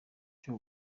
cyo